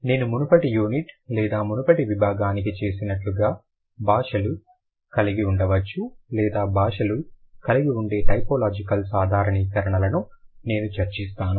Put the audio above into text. నేను మునుపటి యూనిట్ లేదా మునుపటి విభాగానికి చేసినట్లుగా భాషలు కలిగి ఉండవచ్చు లేదా భాషలు కలిగి ఉండే టైపోలాజికల్ సాధారణీకరణలను నేను చర్చిస్తాను